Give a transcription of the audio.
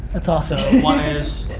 that's awesome. so one is.